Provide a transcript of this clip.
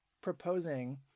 proposing